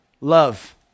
love